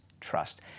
Trust